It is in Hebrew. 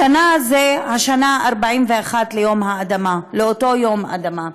השנה זו השנה ה-41 ליום האדמה, לאותו יום אדמה.